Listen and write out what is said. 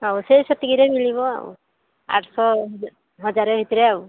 ହଉ ସେଇ ସେତିକିରେ ମିଳିବ ଆଉ ଆଠଶହ ହଜାର ଭିତରେ ଆଉ